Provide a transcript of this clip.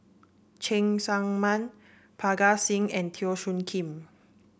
Cheng Tsang Man Parga Singh and Teo Soon Kim